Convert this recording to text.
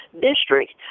district